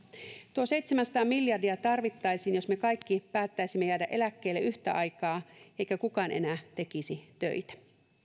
tuo seitsemänsataa miljardia tarvittaisiin jos me kaikki päättäisimme jäädä eläkkeelle yhtä aikaa eikä kukaan enää tekisi töitä